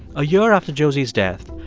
a year after josie's death,